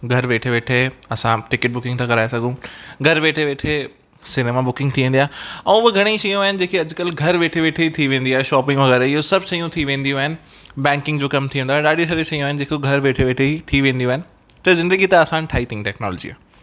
घरु वेठे वेठे असां टिकिट बुकिंग था कराए सघूं घरु वेठे वेठे सिनेमा बुकिंग थी वेंदी आहे अऊं ॿी घणेई शयूं आहिनि जेके अॼुकल्ह घर वेठे वेठे थी वेंदियूं आहे शॉपिंग वग़ैरह इहे सभ शयूं थी वेंदियूं आहिनि बैंकिग जो कम थी वेंदो आहे ॾाढी सारी शयूं आहिनि जेके घरु वेठे वेठे थी वेंदियूं आहिनि त ज़िंदगी त आसान ठाही अथई टेक्नोलॉजीअ